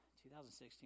2016